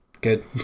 good